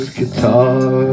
guitar